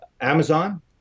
Amazon